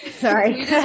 Sorry